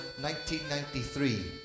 1993